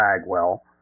Bagwell